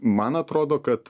man atrodo kad